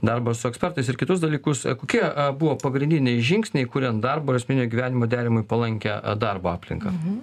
darbą su ekspertais ir kitus dalykus kokie buvo pagrindiniai žingsniai kuriant darbo ir asmeninio gyvenimo derinimui palankią darbo aplinką